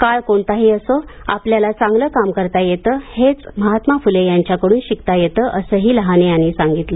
काळ कोणताही असो आपल्याला चांगलं काम करता येतं हेच महात्मा फुले यांच्याकडून शिकता येतं असंही लहाने यांनी सांगितलं